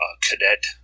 cadet